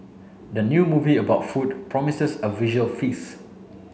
the new movie about food promises a visual feast